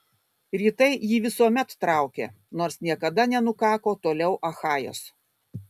rytai jį visuomet traukė nors niekada nenukako toliau achajos